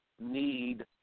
need